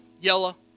yellow